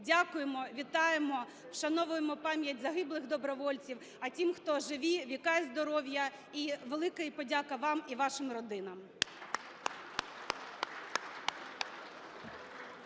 Дякуємо, вітаємо, вшановуємо пам'ять загиблих добровольців, а тим, хто живі, віка і здоров'я, і велика подяка вам і вашим родинам.